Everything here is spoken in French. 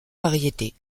variétés